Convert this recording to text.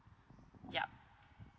yup